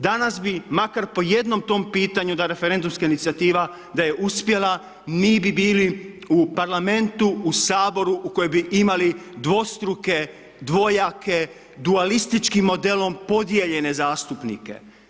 Danas bi makar po jednom tom pitanju da referendumska inicijativa da je uspjela, mi bi bili u Parlamentu, u Saboru u kojem bi imali dvostruke, dvojake, dualističkim modelom podijeljene zastupnike.